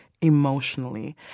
emotionally